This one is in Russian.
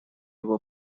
его